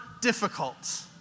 difficult